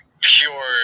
pure